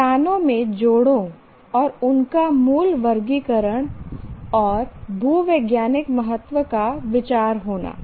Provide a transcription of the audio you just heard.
चट्टानों में जोड़ों और उनका मूल वर्गीकरण और भूवैज्ञानिक महत्व का विचार होना